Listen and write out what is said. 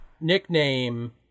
nickname